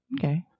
Okay